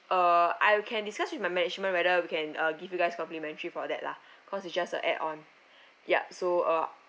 uh I'll can discuss with my management whether we can uh give you guys complimentary for that lah because is just a add on ya so uh